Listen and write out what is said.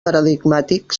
paradigmàtic